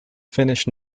finnish